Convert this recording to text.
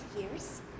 years